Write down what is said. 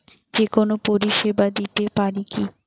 যে কোনো পরিষেবা দিতে পারি কি?